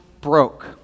broke